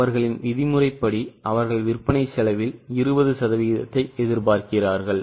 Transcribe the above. அவர்களின் விதிமுறைப்படி அவர்கள் விற்பனை செலவில் 20 சதவீதத்தை எதிர்பார்க்கிறார்கள்